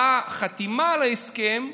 באה החתימה על ההסכם,